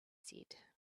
said